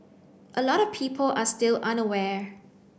a lot of people are still unaware